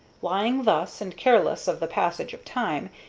lying thus, and careless of the passage of time,